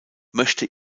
möchte